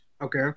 Okay